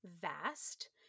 vast